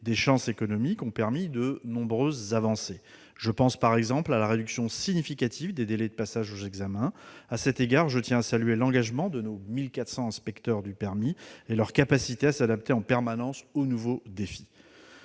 des chances économiques ont permis de nombreuses avancées. Je pense, par exemple, à la réduction significative des délais de passage aux examens. À cet égard, je tiens à saluer l'engagement de nos 1 400 inspecteurs du permis et leur capacité à s'adapter en permanence aux nouveaux défis.